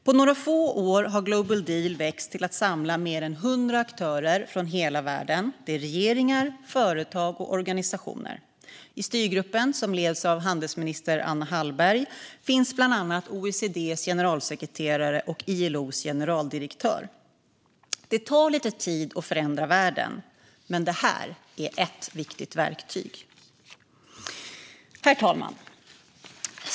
På några få år har Global Deal växt till att samla mer än 100 aktörer från hela världen. Det är regeringar, företag och organisationer. I styrgruppen, som leds av handelsminister Anna Hallberg, finns bland annat OECD:s generalsekreterare och ILO:s generaldirektör. Det tar lite tid att förändra världen, men det här är ett viktigt verktyg. Herr talman!